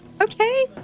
Okay